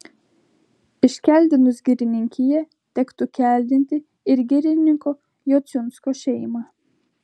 iškeldinus girininkiją tektų keldinti ir girininko jociunsko šeimą